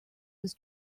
was